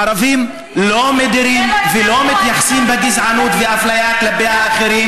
הערבים לא מדירים ולא מתייחסים בגזענות ואפליה כלפי האחרים,